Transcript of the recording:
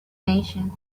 nation